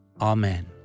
Amen